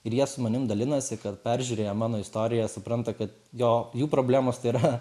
ir jie su manim dalinasi kad peržiūrėję mano istoriją supranta kad jo jų problemos yra